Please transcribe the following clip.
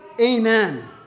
Amen